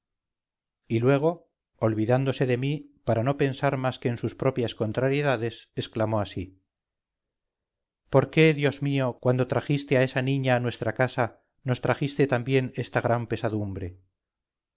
y luego olvidándose de mí para no pensar más que en sus propias contrariedades exclamó así por qué dios mío cuando trajiste a esa niña a nuestra casa nos trajiste también esta gran pesadumbre